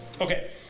Okay